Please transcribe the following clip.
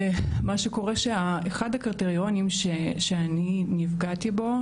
מה שקורה שאחד הקריטריונים שאני נפגעתי בו,